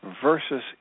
versus